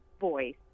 voice